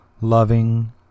loving